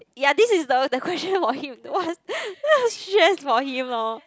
ya this is the the question for him what stress for him lor